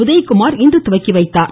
உதயகுமார் இன்று துவக்கி வைத்தார்